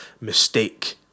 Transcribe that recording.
mistake